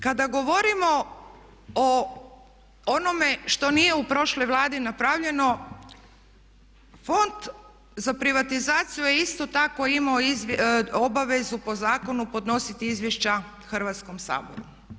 Kada govorimo o onome što nije u prošloj Vladi napravljeno fond za privatizaciju je isto tako imao obavezu po zakonu podnositi izvješća Hrvatskom saboru.